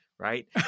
Right